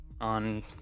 on